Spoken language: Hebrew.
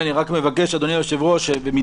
אני כתבתי על זה והגשתי תלונה, אגב.